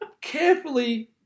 carefully